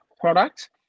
product